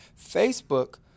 Facebook